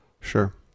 Sure